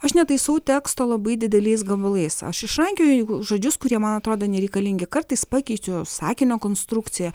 aš netaisau teksto labai dideliais gabalais aš išrankioju žodžius kurie man atrodo nereikalingi kartais pakeičiu sakinio konstrukciją